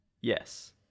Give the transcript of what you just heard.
Yes